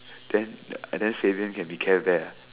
then and then Shavian can be Care-Bear ah